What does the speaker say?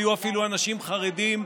היו אפילו אנשים חרדים.